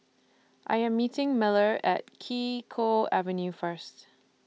I Am meeting Miller At Kee Choe Avenue First